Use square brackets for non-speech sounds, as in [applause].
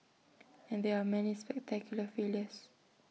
[noise] and there are many spectacular failures